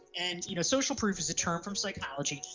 and you know social proof is a term from psychology,